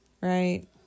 right